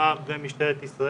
מלמ"ב ומשטרת ישראל,